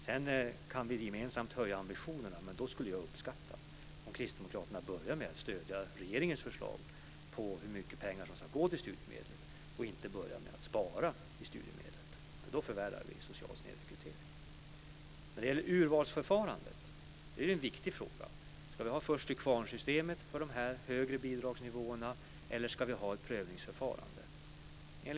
Sedan kan vi gemensamt höja ambitionerna, men då skulle jag uppskatta om Kristdemokraterna började med att stödja regeringens förslag om hur mycket pengar som ska gå till studiemedel och inte börja med att spara på studiemedlen, för då förvärrar vi social snedrekrytering. Urvalsförfarandet är en viktig fråga. Ska vi ha först-till-kvarn-systemet för de högre bidragsnivåerna, eller ska vi ha ett prövningsförfarande?